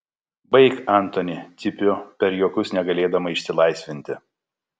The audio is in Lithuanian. baik antoni cypiu per juokus negalėdama išsilaisvinti